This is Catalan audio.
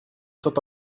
tot